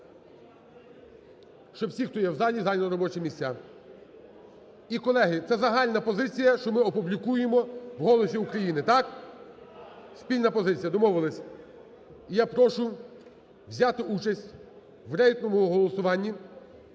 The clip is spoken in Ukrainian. щоб всі, хто є в залі, зайняли робочі місця. І, колеги, це загальна позиція, що ми опублікуємо в "Голосі України". Так? Спільна позиція, домовилися. І я прошу взяти участь в рейтинговому голосуванні,